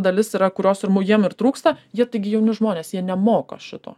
dalis yra kurios ir mu jiem ir trūksta jie taigi jauni žmonės jie nemoka šito